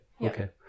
Okay